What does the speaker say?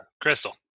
Crystal